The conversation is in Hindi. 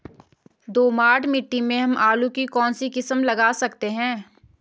दोमट मिट्टी में हम आलू की कौन सी किस्म लगा सकते हैं?